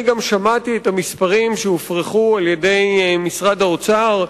אני שמעתי גם את המספרים שהופרחו על-ידי משרד האוצר.